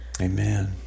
Amen